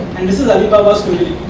and this is alibaba's story,